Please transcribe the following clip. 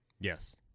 Yes